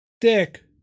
Dick